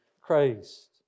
Christ